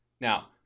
now